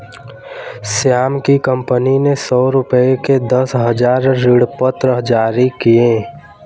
श्याम की कंपनी ने सौ रुपये के दस हजार ऋणपत्र जारी किए